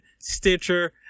Stitcher